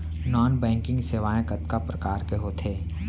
non banking सेवाएं कतका प्रकार के होथे